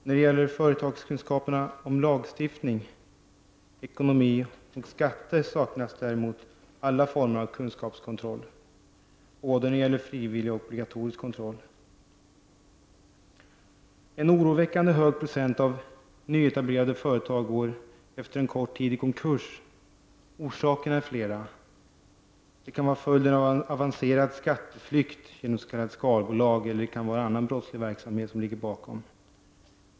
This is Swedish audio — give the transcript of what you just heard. När det gäller företagskunskaperna om lagstiftning, ekonomi och skatter saknas däremot alla former av kunskapskontroll, såväl frivillig som obligatorisk. En oroväckande hög procent av nyetablerade företag går efter en kort tid i konkurs. Orsakerna är flera. Det kan vara följden av avancerad skatteflykt genom s.k. skalbolag, eller det kan vara annan brottslig verksamhet som ligger bakom.